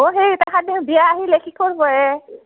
অ' সেই তাহাৰ বিয়া আহিলে কি কৰিব হে